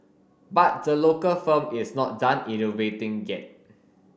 but the local firm is not done innovating get